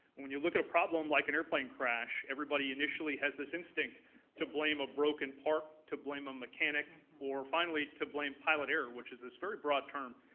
when you look at a problem like an airplane crash, everybody initially has this instinct to blame a broken part, to blame a mechanic, or finally, to blame pilot error, which is this very broad term,